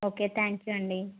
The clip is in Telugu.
ఓకే థ్యాంక్స్ అండి